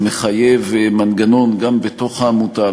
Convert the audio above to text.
זה מחייב מנגנון גם בתוך העמותה,